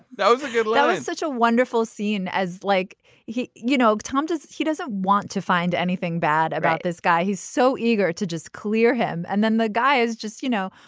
that was a good lesson. such a wonderful scene as like you know tom does. he doesn't want to find anything bad about this guy. he's so eager to just clear him and then the guy is just you know.